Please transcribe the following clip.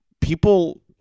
people